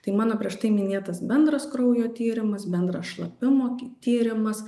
tai mano prieš tai minėtas bendras kraujo tyrimas bendras šlapimo tyrimas